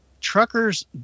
truckers